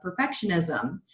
perfectionism